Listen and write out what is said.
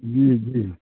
जी जी